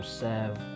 serve